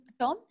term